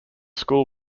school